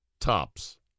tops